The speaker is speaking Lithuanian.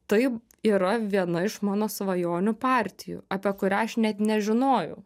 tai yra viena iš mano svajonių partijų apie kurią aš net nežinojau